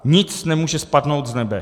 Nic nemůže spadnout z nebe.